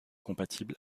compatible